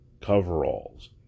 coveralls